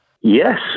Yes